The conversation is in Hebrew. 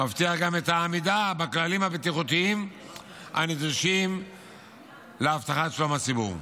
מבטיח גם את העמידה בכללים הבטיחותיים הנדרשים להבטחת שלום הציבור.